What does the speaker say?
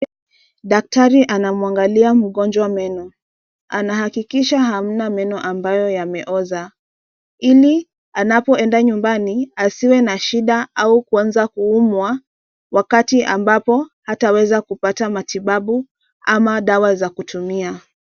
Daktari anamwangalia mgonjwa meno. Anahakikisha hamna meno ambayo yameoza, ili anapoenda nyumbani, asiwe na shida au kuanza kuumwa ,wakati ambapo hataweza kupata matibabu ama dawa za kutumia.